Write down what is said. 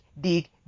dig